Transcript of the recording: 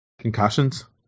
Concussions